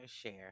share